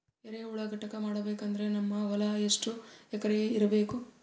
ಎರೆಹುಳ ಘಟಕ ಮಾಡಬೇಕಂದ್ರೆ ನಮ್ಮ ಹೊಲ ಎಷ್ಟು ಎಕರ್ ಇರಬೇಕು?